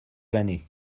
l’année